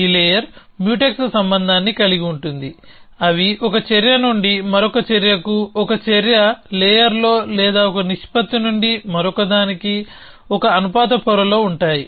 ఈ layer mutex సంబంధాన్ని కలిగి ఉంటుంది అవి ఒక చర్య నుండి మరొక చర్యకు ఒక చర్య లేయర్లో లేదా ఒక నిష్పత్తి నుండి మరొకదానికి ఒక అనుపాత పొరలో ఉంటాయి